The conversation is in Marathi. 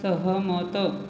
सहमत